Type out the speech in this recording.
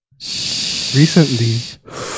recently